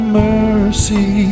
mercy